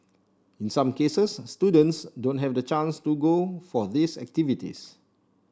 in some cases students don't have the chance to go for these activities